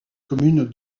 commune